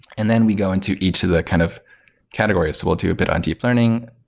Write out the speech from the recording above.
and then we go into each of the kind of category as well too, but on deep learning,